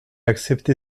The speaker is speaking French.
accepté